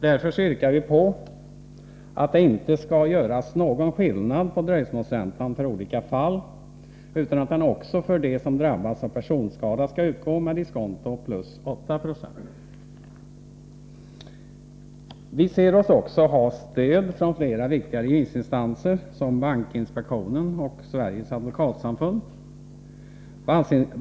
Därför yrkar vi på att det inte skall göras någon skillnad på dröjsmålsräntan för olika fall utan att den också för dem som drabbats av personskada skall utgå med diskonto plus 8 960. Vi ser oss också ha stöd från flera viktiga remissinstanser, som bankinspektionen och Sveriges advokatsamfund.